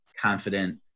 confident